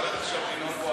אתה הולך עכשיו לנאום פה על,